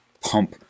pump